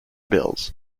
bills